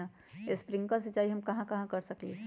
Sprinkle सिंचाई हम कहाँ कहाँ कर सकली ह?